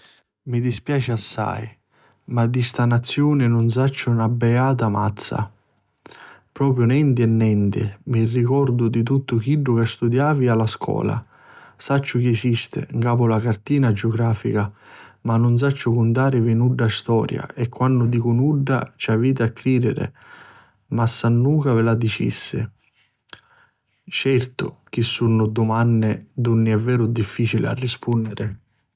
Mi dispiaci assai ma di sta naziuni nun sacciu na biata mazza. Propriu nenti e nenti mi ricordu di tuttu chiddu ca studiavi a la scola. Sacciu chi esisti 'n capu la cartina giugrafica ma nun sacciu cuntarivi nudda storia e quannu dicu nudda ci aviti a cridiri masannunca vi la dicissi. Certu chi sunnu dumanni dunni è pi veru difficili rispunniri.